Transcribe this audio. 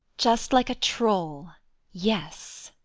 just like a troll yes.